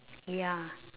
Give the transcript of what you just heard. ya